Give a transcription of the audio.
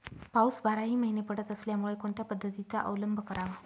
पाऊस बाराही महिने पडत असल्यामुळे कोणत्या पद्धतीचा अवलंब करावा?